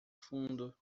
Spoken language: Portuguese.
fundo